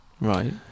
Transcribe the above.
Right